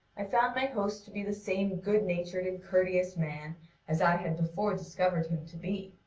i found my host to be the same good-natured and courteous man as i had before discovered him to be.